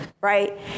right